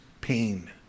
pain